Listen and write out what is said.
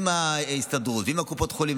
משרד הבריאות עם ההסתדרות ועם קופות החולים,